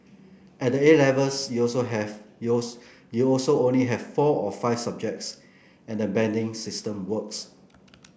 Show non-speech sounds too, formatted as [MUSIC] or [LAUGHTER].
at A Levels you also have [UNINTELLIGIBLE] you also only have four or five subjects and banding system works